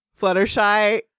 Fluttershy